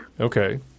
Okay